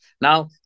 Now